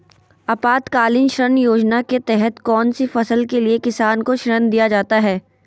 आपातकालीन ऋण योजना के तहत कौन सी फसल के लिए किसान को ऋण दीया जाता है?